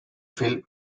film